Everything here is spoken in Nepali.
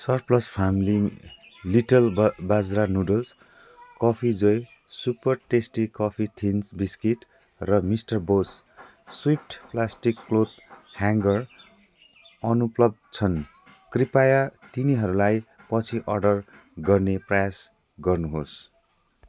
सर्प्लस फार्म ली लिटिल बा bajra noodles coffee joy super tasty coffee thins biscuit र mister Bose swift plastic cloth hanger अनुपलब्ध छन् कृपया तिनीहरूलाई पछि अर्डर गर्ने प्रयास गर्नुहोस्